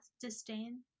Disdain